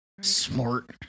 Smart